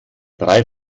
drei